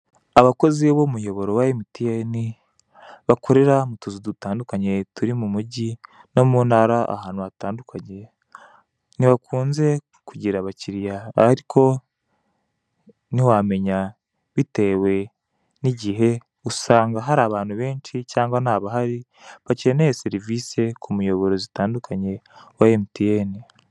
Abakozi b'umuyoboro wa emutiyene bakorera mu tuzu dutandukanye, turi mu mugi, no mu ntara ahantu hatandukanye, ntibakunze, kugira abakiliya, ariko ntiwamenya bitewe n'igihe, usanga hari abantu benshi cyangwa ntabahari, bakeneye serivise ku muyoboro zitandukanye wa emutiyene.